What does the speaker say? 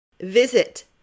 Visit